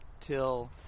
till